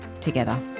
together